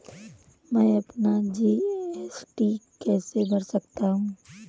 मैं अपना जी.एस.टी कैसे भर सकता हूँ?